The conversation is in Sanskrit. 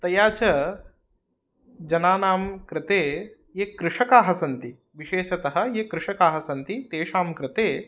तया च जनानां कृते ये कृषकाः सन्ति विशेषतः ये कृषकाः सन्ति तेषां कृते